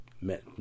met